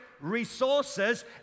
resources